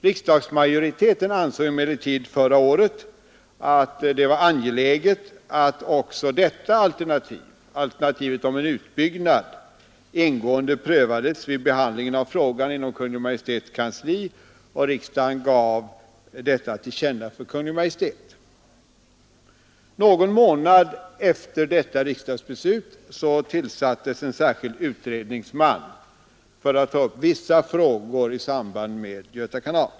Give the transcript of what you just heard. Riksdagsmajoriteten ansåg emellertid förra året att det var angeläget att också alternativet om en utbyggnad ingående prövades vid behandlingen av frågan inom Kungl. Maj:ts kansli, och riksdagen gav detta till känna för Kungl. Maj:t. Någon månad efter detta riksdagsbeslut tillsattes en särskild utredningsman för att ta upp vissa frågor i samband med Göta kanal.